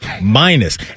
minus